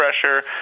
pressure